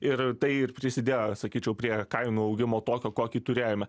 ir tai ir prisidėjo sakyčiau prie kainų augimo tokio kokį turėjome